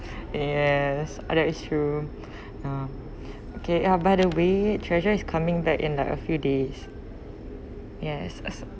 yes other issue ah okay ah by the way TREASURE is coming back in like a few days yes